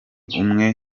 umwe